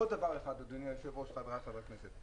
עוד דבר אחד, אדוני היושב-ראש, חבריי חברי הכנסת,